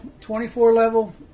24-level